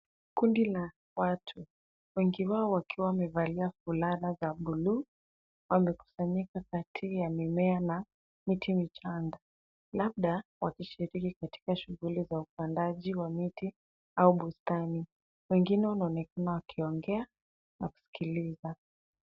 Kundi la watu, wengi wao wakiwa wamevalia fulana za buluu wamekusanyika kati ya mimea na miti michanga, labda wakishiriki katika shughuli za upandaji kwa miti au bustani. Wengine wanaonekana wakiongea na kusikiliza.